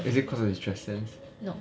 is it cause of his dress sense